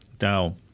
Now-